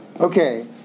Okay